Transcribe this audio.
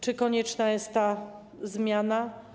Czy konieczna jest ta zmiana?